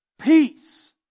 Peace